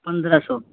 پندرہ سو